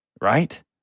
Right